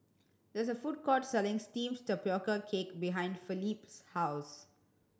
there is a food court selling steamed tapioca cake behind Felipe's house